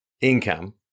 income